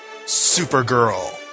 Supergirl